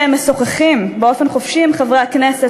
שמשוחחים באופן חופשי עם חברי הכנסת